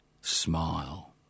smile